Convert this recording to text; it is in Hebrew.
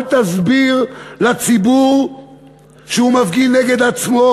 אל תסביר לציבור שהוא מפגין נגד עצמו,